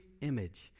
image